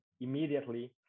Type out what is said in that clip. immediately